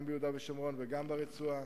גם ביהודה ושומרון וגם ברצועה,